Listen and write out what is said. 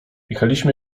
jechaliśmy